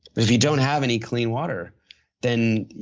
but if you don't have any clean water then,